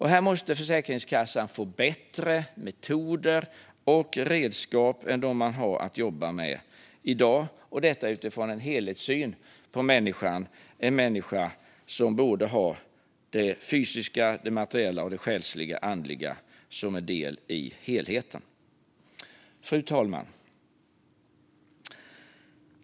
Här måste Försäkringskassan få bättre metoder och redskap än dem man har att jobba med i dag, och detta utifrån en helhetssyn på människan - en människa som har både det fysiska, materiella och det själsliga, andliga som en del i helheten. Fru talman!